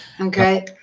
Okay